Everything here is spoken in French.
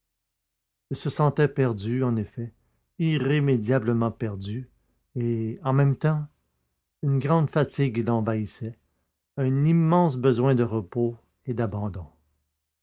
il se sentait perdu en effet irrémédiablement perdu et en même temps une grande fatigue l'envahissait un immense besoin de repos et d'abandon